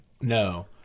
No